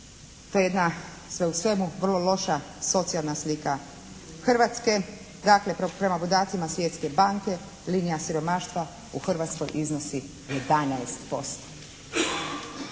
to je jedna sve u svemu vrlo loša socijalna slika Hrvatske. Dakle prema podacima Svjetske banke linija siromaštva u Hrvatskoj iznosi 11%.